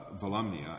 Volumnia